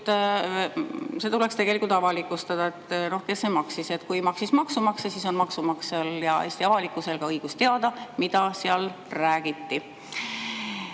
siis tuleks tegelikult avalikustada, kes selle eest maksis. Kui maksis maksumaksja, siis on maksumaksjal ja Eesti avalikkusel ka õigus teada, mida seal räägiti.